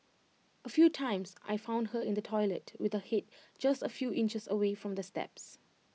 A few times I found her in the toilet with her Head just A few inches away from the steps